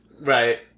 Right